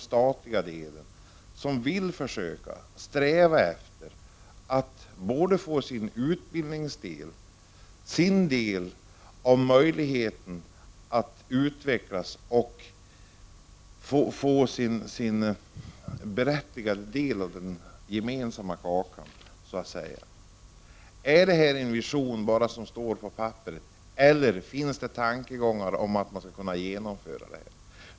Där finns människor som strävar efter att få utbildning, möjligheter till utveckling och en berättigad del av den gemensamma kakan. Är det bara visioner på ett papper eller finns det tankar på att realisera dem?